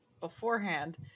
beforehand